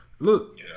Look